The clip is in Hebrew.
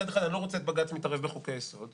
מצד אחד אני לא רוצה את בג"ץ מתערב בחוקי היסוד,